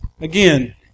Again